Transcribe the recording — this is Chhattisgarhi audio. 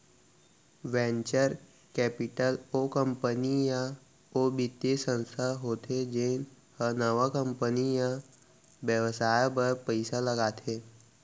वेंचर कैपिटल ओ कंपनी या ओ बित्तीय संस्था होथे जेन ह नवा कंपनी या बेवसाय बर पइसा लगाथे